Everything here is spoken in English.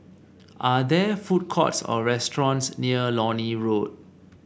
are there food courts or restaurants near Lornie Road